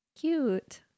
Cute